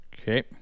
Okay